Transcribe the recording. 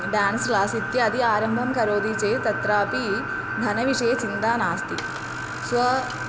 dance class इत्यादि आरम्भं करोति चेद् तत्रापि धनविषये चिन्ता नास्ति स्व